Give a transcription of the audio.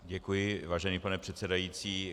Děkuji, vážený pane předsedající.